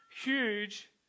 huge